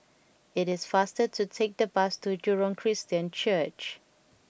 it is faster to take the bus to Jurong Christian Church